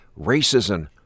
racism